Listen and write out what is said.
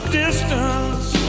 distance